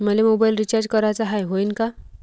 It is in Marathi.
मले मोबाईल रिचार्ज कराचा हाय, होईनं का?